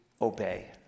obey